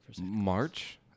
March